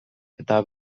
eta